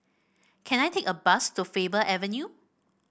can I take a bus to Faber Avenue